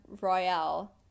Royale